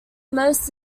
most